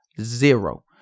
Zero